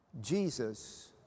Jesus